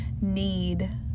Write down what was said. need